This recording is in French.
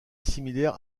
similaire